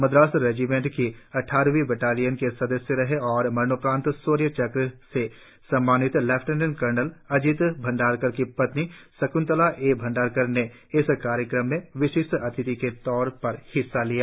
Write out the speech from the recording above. Madras regiment की अट्टारहवीं battalion के सदस्य रहे और मनणोपरांत शौर्य चक्र से सम्मानित लेफ्टिनेंट कर्नल अजित भंदारकर की पत्नी शक्तला ए भंडारकर ने इस कार्यक्रम में विशिष्ट अतिथि के तौर पर हिस्सा लिया